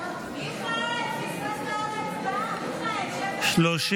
בדבר תוספת תקציב לא נתקבלו.